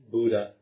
Buddha